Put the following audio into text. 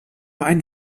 einen